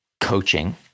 Coaching